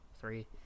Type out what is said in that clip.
three